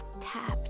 tap